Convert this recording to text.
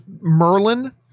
Merlin